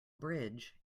bridge